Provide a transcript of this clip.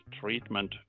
treatment